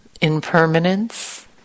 impermanence